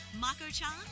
Mako-chan